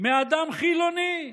מאדם חילוני"